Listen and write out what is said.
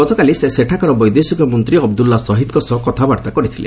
ଗତକାଲି ସେ ସେଠାକାର ବୈଦେଶିକ ମନ୍ତ୍ରା ଅବଦ୍ୱଲ୍ଲା ସହିଦ୍ଙ୍କ ସହ କଥାବାର୍ତ୍ତା କରିଥିଲେ